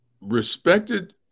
respected